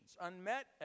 unmet